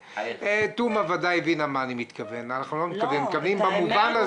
לפני יומיים התקשר אלי סטודנט שלומד במולדובה.